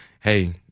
Hey